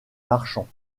marchands